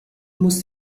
muss